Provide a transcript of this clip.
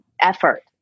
effort